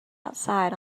outside